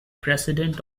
president